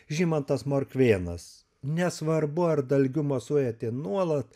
žymantas morkvėnas nesvarbu ar dalgiu mosuojate nuolat